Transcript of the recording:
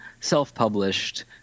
self-published